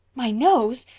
my nose?